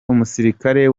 umusirikare